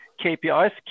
KPIs